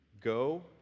go